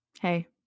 Hey